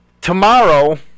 Tomorrow